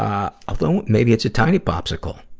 ah although maybe it's a tiny popsicle.